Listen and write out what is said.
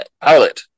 pilot